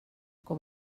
com